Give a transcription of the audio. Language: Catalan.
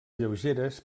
lleugeres